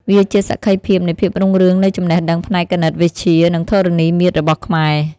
វាជាសក្ខីភាពនៃភាពរុងរឿងនៃចំណេះដឹងផ្នែកគណិតវិទ្យា និងធរណីមាត្ររបស់ខ្មែរ។